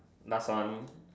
last one